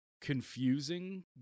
confusing